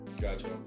gotcha